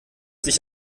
sich